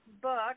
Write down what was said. book